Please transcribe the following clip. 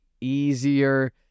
easier